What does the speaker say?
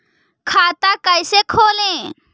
खाता कैसे खोले?